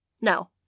No